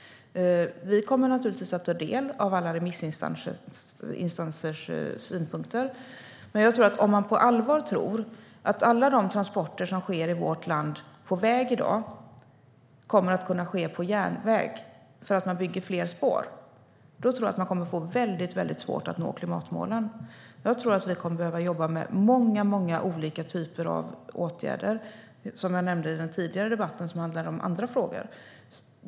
Vi kommer naturligtvis att ta del av alla remissinstansers synpunkter. Men om man på allvar tror att alla transporter i vårt land som i dag sker på väg kommer att kunna ske på järnväg därför att man bygger fler spår, då tror jag att man kommer att få mycket svårt att nå klimatmålen. Jag tror att vi kommer att behöva jobba med många olika typer av åtgärder, som jag nämnde i den tidigare debatten som handlade om andra frågor.